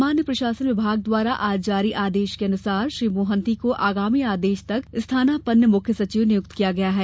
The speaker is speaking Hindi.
सामान्य प्रशासन विभाग द्वारा आज जारी आदेश के मुताबिक श्री मोहन्ती को आगामी आदेश तक स्थानापन्न मुख्य सचिव नियुक्त किया गया है